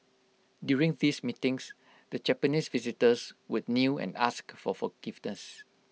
during these meetings the Japanese visitors would kneel and ask for forgiveness